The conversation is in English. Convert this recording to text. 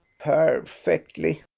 perfectly,